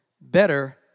Better